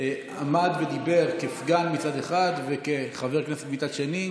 הוא עמד ודיבר כסגן מצד אחד וכחבר כנסת מצד שני,